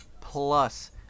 plus